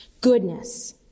goodness